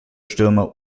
stürmer